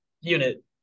unit